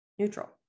neutral